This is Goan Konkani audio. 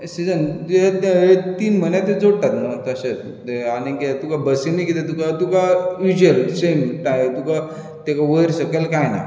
सिझन नू हे तीन म्हयनेच ते जोडटात नू तशे आनी कितें बसीनय कितें तुका युजेल सेम तुका तेका वयर सकयल कांय ना